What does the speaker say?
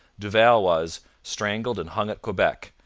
duval was strangled and hung at quebec,